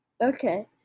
Okay